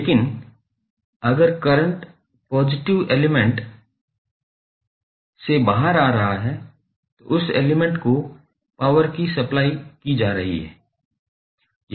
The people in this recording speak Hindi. लेकिन अगर करंट पॉजिटिव एलिमेंट से बाहर आ रहा है तो उस एलिमेंट को पॉवर सप्लाई की जा रही है